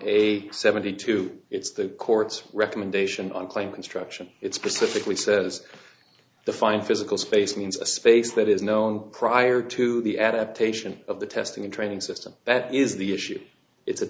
a seventy two it's the court's recommendation on claim instruction it's pacific which says the fine physical space means a space that is known prior to the adaptation of the testing and training system that is the issue it's a